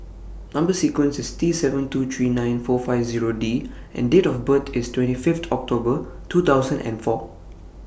Number sequence IS T seven two three nine four five Zero D and Date of birth IS twenty Fifth October two thousand and four